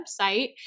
website